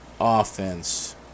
offense